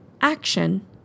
action